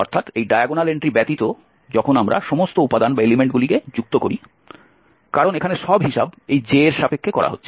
সুতরাং এই diagonal entry ব্যতীত যখন আমরা সমস্ত উপাদান যুক্ত করি কারণ এখানে সব হিসাব এই j এর সাপেক্ষে করা হচ্ছে